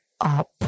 up